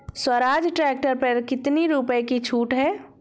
Swaraj tractor पर कितनी रुपये की छूट है?